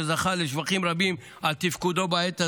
שזכה לשבחים רבים על תפקודו בעת הזו,